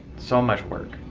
so much work.